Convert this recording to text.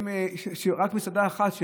ורק מסעדה אחת,